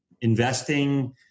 investing